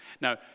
Now